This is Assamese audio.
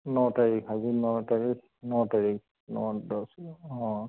ন তাৰিখ আজি ন তাৰিখ ন তাৰিখ ন দহ অঁ